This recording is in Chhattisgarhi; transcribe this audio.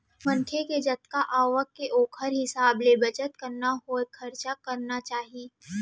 मनखे के जतना आवक के ओखर हिसाब ले बचत करत होय खरचा करना चाही